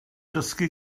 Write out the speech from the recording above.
dysgu